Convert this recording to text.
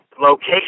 location